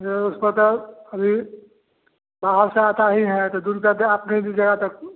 नहीं उसको तो अभी बाहर से आता ही है तो दूर का दे आप दे दीजिएगा तो